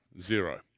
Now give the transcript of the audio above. Zero